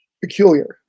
peculiar